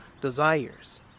desires